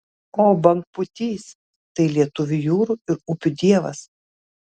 o bangpūtys tai lietuvių jūrų ir upių dievas